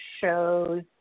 shows